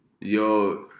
yo